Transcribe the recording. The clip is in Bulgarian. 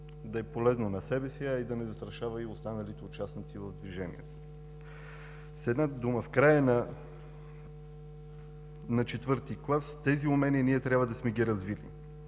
да е полезно на себе си, а и да не застрашава и останалите участници в движението. С една дума, в края на IV клас тези умения ние трябва да сме ги развили.